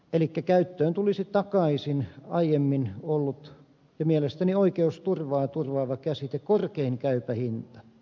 elikkä käyttöön tulisi takaisin aiemmin ollut ja mielestäni oikeusturvaa turvaava käsite korkein käypä hinta